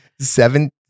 Seven